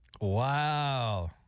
Wow